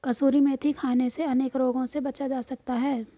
कसूरी मेथी खाने से अनेक रोगों से बचा जा सकता है